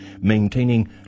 maintaining